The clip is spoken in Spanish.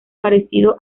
parecido